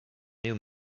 new